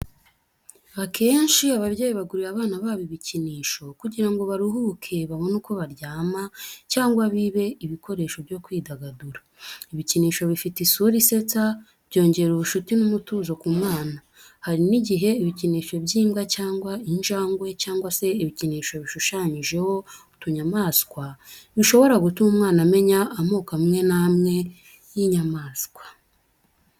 Akenshi ababyeyi bagurira abana babo ibikinisho kugira ngo baruhuke, babone uko baryama, cyangwa bibe ibikoresho byo kwidagadura. Ibikinisho bifite isura isetsa, byongera ubushuti n’umutuzo ku mwana. Hari n’igihe ibikinisho by’imbwa cyangwa injangwe cyangwa se ibikinisho bishushanyijeho utunyamaswa bishobora gutuma umwana amenya amoko amwe n'amwe y'inyamaswa.